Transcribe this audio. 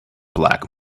black